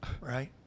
right